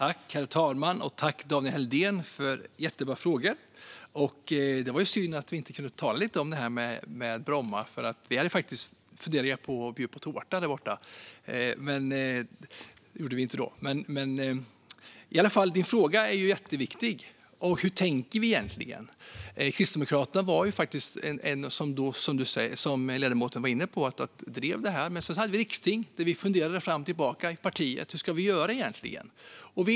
Herr talman! Tack, Daniel Helldén, för jättebra frågor! Det var ju synd att vi inte kunde tala lite om Bromma. Vi hade faktiskt funderingar på att bjuda på tårta där borta, men det gjorde vi inte. Ledamotens fråga är jätteviktig. Hur tänker vi egentligen? Kristdemokraterna drev faktiskt detta, som ledamoten var inne på. Men så hade vi ett riksting där vi funderade fram och tillbaka i partiet på hur vi egentligen skulle göra.